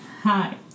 hi